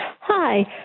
Hi